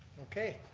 okay,